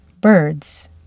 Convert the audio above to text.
birds